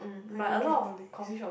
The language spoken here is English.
I don't drink Holicks